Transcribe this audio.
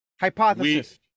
hypothesis